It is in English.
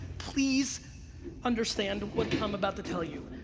please understand what i'm about to tell you.